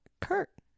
Kurt